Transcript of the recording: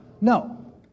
No